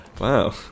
Wow